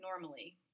normally